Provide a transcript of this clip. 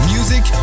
Music